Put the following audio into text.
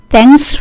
Thanks